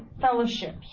fellowship